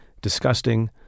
disgusting